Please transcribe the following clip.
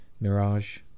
Mirage